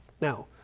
Now